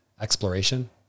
exploration